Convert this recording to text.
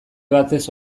batez